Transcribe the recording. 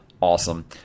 awesome